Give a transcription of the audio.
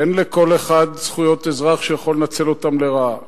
אין לכל אחד זכויות אזרח שהוא יכול לנצל אותן לרעה.